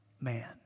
man